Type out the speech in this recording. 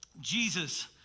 Jesus